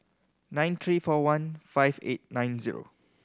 nine three four one five eight nine zero